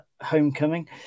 homecoming